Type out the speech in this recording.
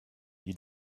you